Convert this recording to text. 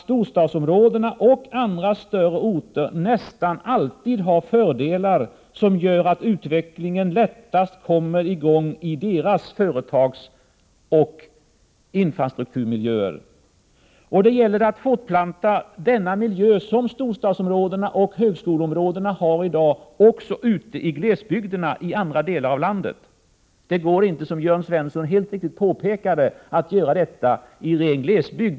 Storstadsområdena och andra större orter har nästan alltid fördelar som gör att utvecklingen lättast kommer i gång i deras företagsoch infrastrukturmiljöer. Det gäller att fortplanta denna miljö, som storstadsområdena och högskoleområdena har i dag, också ute i glesbygderna och i andra delar av landet. Det går inte, som Jörn Svensson helt riktigt påpekade, att göra detta i ren glesbygd.